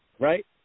Right